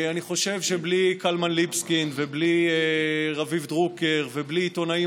אני חושב שבלי קלמן ליבסקינד ובלי רביב דרוקר ובלי עיתונאים